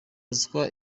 ruswa